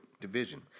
division